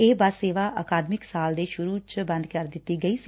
ਇਹ ਬਸ ਸੇਵਾ ਅਕਾਦਮਿਕ ਸਾਲ ਦੇ ਸੁਰੁ ਚ ਬੰਦ ਕਰ ਦਿਤੀ ਗਈ ਸੀ